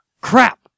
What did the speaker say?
Crap